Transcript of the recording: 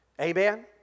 Amen